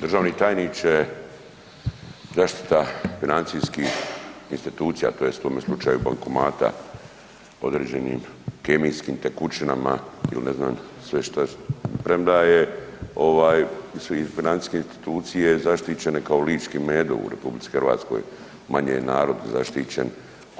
Državni tajniče, zaštita financijskih institucija, to jest u ovome slučaju bankomata određenim kemijskim tekućinama ili ne znam sve šta, premda je ovaj su i financijske institucije zaštićene kao lički medo u RH, manje je narod zaštićen